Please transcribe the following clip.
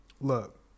Look